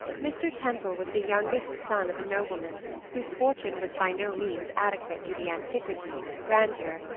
mr. temple was the youngest son of a nobleman whose fortune was by no means adequate to the antiquity, grandeur,